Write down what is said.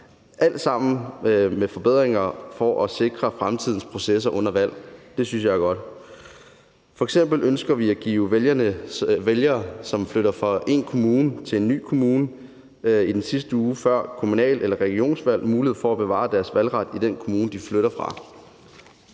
alt sammen med forbedringer for at sikre fremtidens processer under valg. Det synes jeg er godt. F.eks. ønsker vi at give de vælgere, som flytter fra én kommune til en ny kommune i den sidste uge før et kommunal- eller et regionsvalg, mulighed for at bevare deres valgret i den kommune, de flytter fra.